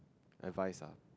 advice ah